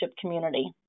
community